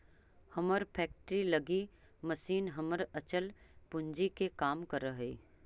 हमर फैक्ट्री लगी मशीन हमर अचल पूंजी के काम करऽ हइ